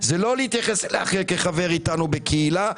זה לא להתייחס אל האחר כחבר איתנו בקהילה,